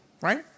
Right